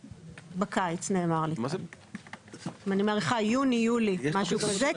שבקיץ, יוני, יולי משהו כזה.